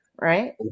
right